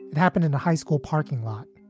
it happened in a high school parking lot.